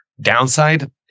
downside